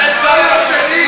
ככה רציתם,